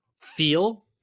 feel